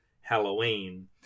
halloween